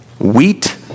wheat